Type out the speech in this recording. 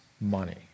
money